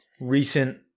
recent